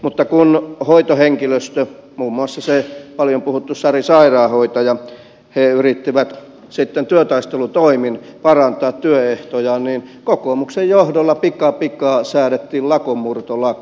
mutta kun hoitohenkilöstö muun muassa se paljon puhuttu sari sairaanhoitaja yritti sitten työtaistelutoimin parantaa työehtojaan niin kokoomuksen johdolla pikapikaa säädettiin lakonmurtolaki